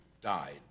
died